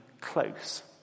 close